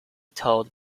told